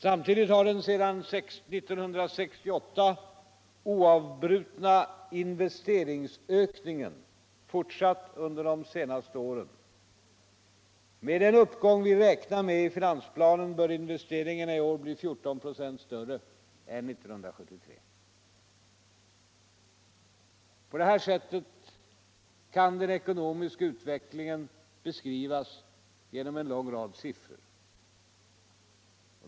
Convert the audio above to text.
Samtidigt har den sedan 1968 oavbrutna investeringsökningen fortsatt under de senaste åren. Med den uppgång vi räknar med i finansplanen bör investeringarna i år bli 14 96 större än 1973. På detta sätt kan den ekonomiska utvecklingen beskrivas genom en lång rad siffror.